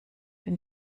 bin